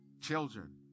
children